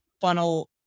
funnel